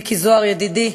מיקי זוהר ידידי,